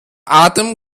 atem